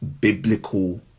biblical